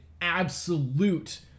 absolute